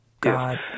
God